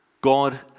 God